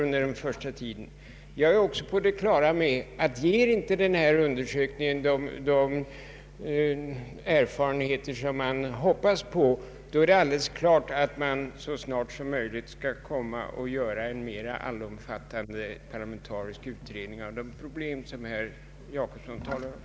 Men jag är också på det klara med att om denna undersökning inte ger sådana resultat som man hoppas på, skall man så snart som möjligt göra en mer allomfattande parlamentarisk utredning av de problem som herr Jacobsson talar om.